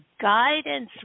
Guidance